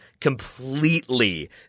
completely